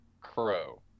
crow